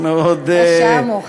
השעה מאוחרת.